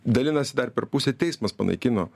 dalinasi dar per pusę teismas panaikino